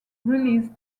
released